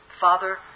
Father